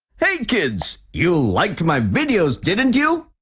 hey, kids. you liked my videos didn't you?